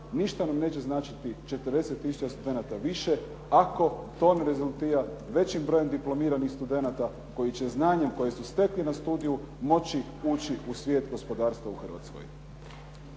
ništa nam neće značiti 40 tisuća studenata više ako to ne rezultira većim brojem diplomiranih studenata koji će znanjem koje su stekli na studiju moći ući u svijet gospodarstva u Hrvatskoj.